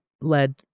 led